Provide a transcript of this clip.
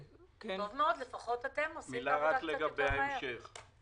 מאוד, לפחות אתם עושים עבודה קצת יותר מהר.